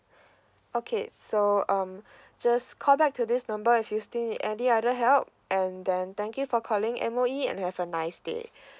okay so um just call back to this number if you still need any other help and then thank you for calling M_O_E and have a nice day